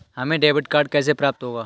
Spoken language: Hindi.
हमें डेबिट कार्ड कैसे प्राप्त होगा?